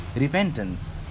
repentance